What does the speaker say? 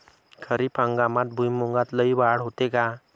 खरीप हंगामात भुईमूगात लई वाढ होते का?